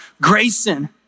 Grayson